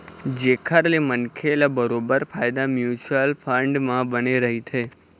जेखर ले मनखे ल बरोबर फायदा म्युचुअल फंड म बने रहिथे